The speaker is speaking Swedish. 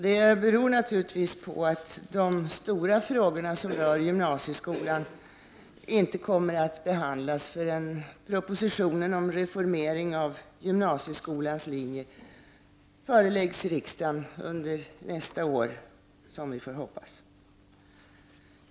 Det beror naturligtvis på att de stora frågor som rör gymnasieskolan inte kommer att behandlas förrän propositionen om reformering av gymnasieskolans linjer föreläggs riksdagen under nästa år, som vi får hoppas.